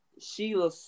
Sheila